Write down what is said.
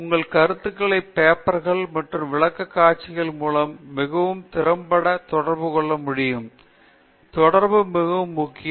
உங்கள் கருத்துக்களை பேப்பர்கள் மற்றும் விளக்கக்காட்சிகள் மூலம் மிகவும் திறம்பட தொடர்பு கொள்ள முடியும் தொடர்பு மிகவும் முக்கியம்